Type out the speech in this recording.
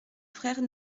frères